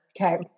Okay